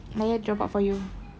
ayah drop out for you